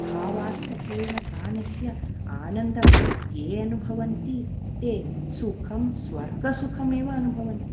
भावार्थपूर्णगानस्य आनन्दं ये अनुभवन्ति ते सुखं स्वर्गसुखम् एव अनुभवन्ति